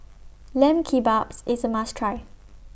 Lamb Kebabs IS A must Try